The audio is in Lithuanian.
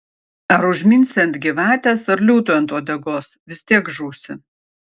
ar užminsi ant gyvatės ar liūtui ant uodegos vis tiek žūsi